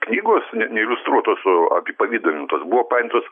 knygos iliustruotos apipavidalintos buvo paimtos